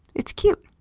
it's cute.